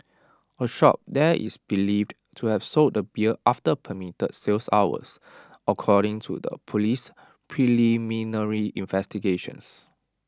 A shop there is believed to have sold the beer after permitted sales hours according to the police's preliminary investigations